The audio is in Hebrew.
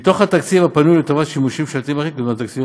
מהתקציב הפנוי לטובת שימושים ממשלתיים אחרים דוגמת תקציבים,